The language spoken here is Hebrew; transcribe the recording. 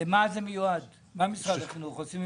מה משרד החינוך עושה בזה?